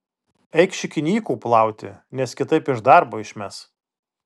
eik šikinykų plauti nes kitaip iš darbo išmes